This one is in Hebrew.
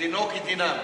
דינו כדינם.